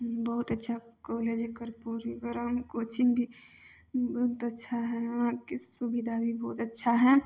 बहुत अच्छा कॉलेज हइ कर्पूरी ग्राम कोचिंग भी बहुत अच्छा हइ उहाँके सुविधा भी बहुत अच्छा हइ